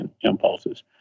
impulses